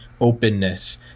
openness